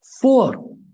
Four